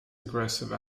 aggressive